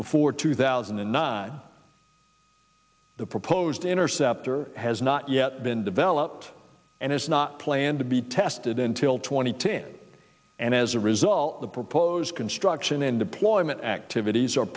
before two thousand and nine the proposed interceptor has not yet been developed and it's not planned to be tested until two thousand and ten and as a result the proposed construction and deployment activities are